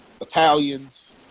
Italians